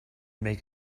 make